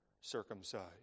circumcised